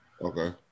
okay